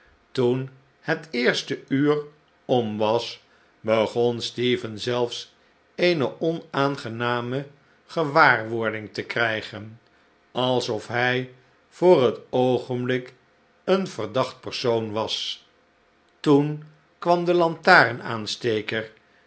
toen het eerste uur om was begon stephen zelfs eene onaangename gewaarwording te krijgen alsof hij voor het oogenblik een verdacht persoon was toen kwam de